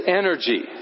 energy